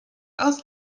aus